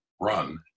run